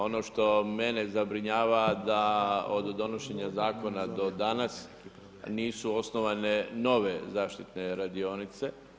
Ono što mene zabrinjava da od donošenja zakona do danas nisu osnovane nove zaštitne radionice.